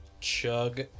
chug